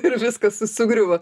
ir viskas su sugriuvo